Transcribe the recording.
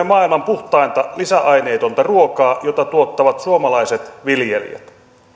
maailman puhtainta lisäaineetonta ruokaa jota tuottavat suomalaiset viljelijät